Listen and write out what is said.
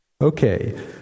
Okay